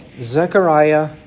Zechariah